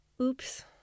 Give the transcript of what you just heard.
Oops